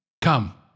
Come